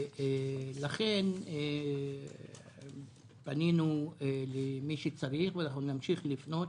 לכן פנינו למי שצריך, ואנחנו נמשיך לפנות